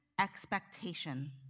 expectation